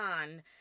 on